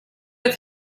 have